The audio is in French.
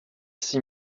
six